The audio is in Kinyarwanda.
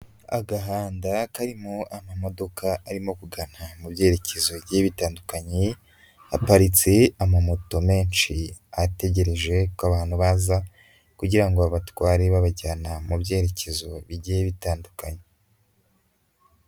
Agahanda karimo amamodoka arimo kugana mu byerekezo bigiye bitandukanye, haparitse amamoto menshi, ategereje ko abantu baza kugira ngo babatware babajyana mu byerekezo bigiye bitandukanye.